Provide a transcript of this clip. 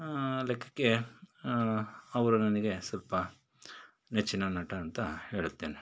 ಲೆಕ್ಕಕ್ಕೆ ಅವರು ನನಗೆ ಸ್ವಲ್ಪ ನೆಚ್ಚಿನ ನಟ ಅಂತ ಹೇಳುತ್ತೇನೆ